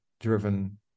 driven